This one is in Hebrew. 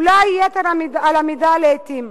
אולי יתר על המידה לעתים.